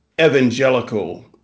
evangelical